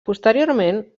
posteriorment